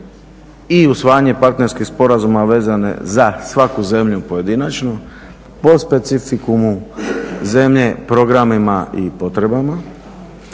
i usvajanje partnerskih sporazuma vezane za svaku zemlju pojedinačno po specifikumu zemlje, programima i potrebama,